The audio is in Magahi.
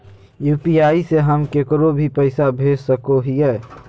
यू.पी.आई से हम केकरो भी पैसा भेज सको हियै?